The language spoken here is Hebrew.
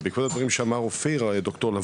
ובעקבות הדברים שאמר דר' אופיר לבון,